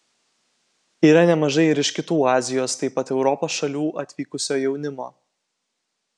yra nemažai ir iš kitų azijos taip pat europos šalių atvykusio jaunimo